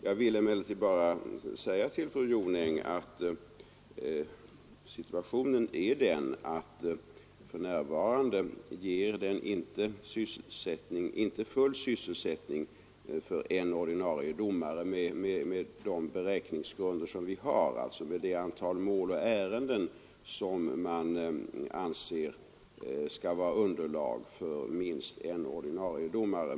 Jag vill bara säga till fru Jonäng att den för närvarande inte ger full sysselsättning för en ordinarie domare med de beräkningsgrunder vi har, som utgår ifrån det antal mål och ärenden som man anser skall utgöra underlag för att ha minst en ordinarie domare.